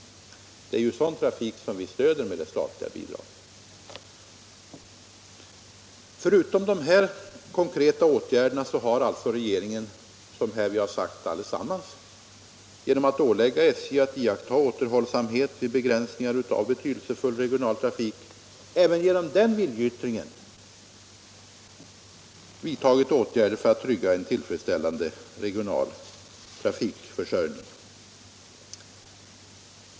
Det är ju sådan trafik som vi stöder med det statliga bidraget. Förutom dessa konkreta åtgärder har regeringen, såsom här har framhållits, ålagt SJ att iaktta återhållsamhet när det gäller begränsningar av betydelsefull regional trafik. Även genom den viljeyttringen har regeringen bidragit till att trygga en tillfredsställande regional trafikförsörjning.